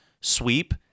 sweep